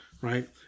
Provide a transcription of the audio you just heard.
Right